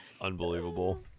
Unbelievable